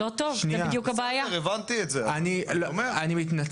כבוד היושב-ראש, כפי שאמרתי,